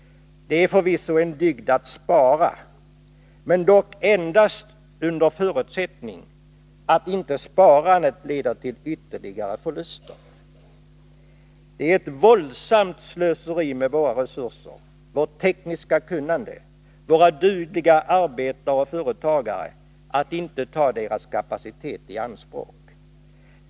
Det är förvisso en dygd att spara — dock endast under förutsättning att inte sparandet leder till ytterligare förluster. Det är ett våldsamt slöseri med våra resurser, vårt tekniska kunnande, våra dugliga arbetare och företagare att inte ta deras kapacitet i anspråk.